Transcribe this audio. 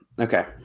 Okay